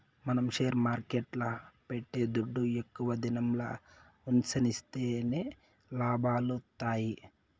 మనం షేర్ మార్కెట్ల పెట్టే దుడ్డు ఎక్కువ దినంల ఉన్సిస్తేనే లాభాలొత్తాయి